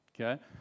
okay